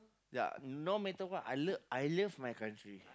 ya no matter what I love I love my country